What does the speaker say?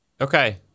Okay